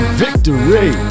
victory